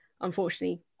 unfortunately